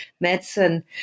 medicine